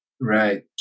Right